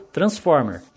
Transformer